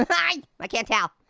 i can't tell.